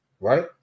Right